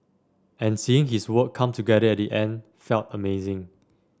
and seeing his work come together at the end felt amazing